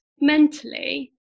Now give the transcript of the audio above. mentally